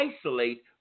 isolate